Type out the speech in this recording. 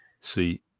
see